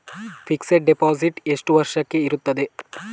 Fixed deposit ಎಷ್ಟು ವರ್ಷಕ್ಕೆ ಇರುತ್ತದೆ?